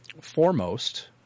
foremost